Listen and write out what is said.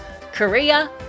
Korea